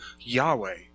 Yahweh